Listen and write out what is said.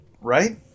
right